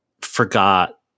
forgot